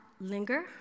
linger